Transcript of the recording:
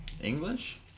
English